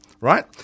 right